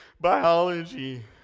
biology